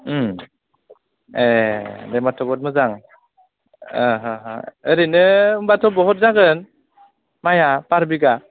ए बे माथो बहुद मोजां हो हो ओरैनो होमब्लाथ' बहुद जागोन माइआ पार बिगा